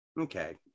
Okay